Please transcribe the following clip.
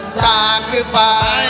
sacrifice